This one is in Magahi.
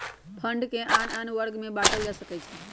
फण्ड के आन आन वर्ग में बाटल जा सकइ छै